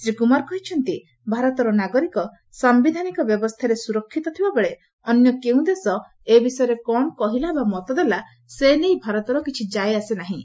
ଶ୍ରୀ କ୍ରମାର କହିଛନ୍ତି ଭାରତର ନାଗରିକ ସାୟିଧାନିକ ବ୍ୟବସ୍ଥାରେ ସୁରକ୍ଷିତ ଥିବାବେଳେ ଅନ୍ୟ କେଉଁ ଦେଶ ଏ ବିଷୟରେ କ'ଣ କହିଲା ବା ମତଦେଲା ସେ ନେଇ ଭାରତର କିଛି ଯାଏଆସେ ନାହିଁ